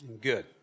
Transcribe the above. Good